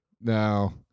Now